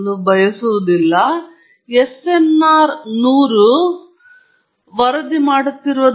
ಮತ್ತೊಂದೆಡೆ ನಾನು ಎರಡು ತರಂಗಾಂತರಗಳಿಂದ ಮಾಡಲ್ಪಟ್ಟ ಇನ್ಪುಟ್ ಹೊಂದಿದ್ದರೆ ಎರಡು ಆವರ್ತನಗಳ ಸಿನುಸಾಯ್ಡ್ಗಳು ನಂತರ ನನಗೆ ಸಾಕಷ್ಟು ಮಾಹಿತಿ ಇದೆ